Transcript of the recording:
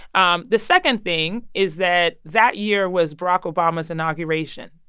um the second thing is that that year was barack obama's inauguration,